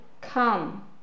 come